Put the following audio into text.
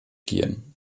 gehen